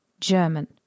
German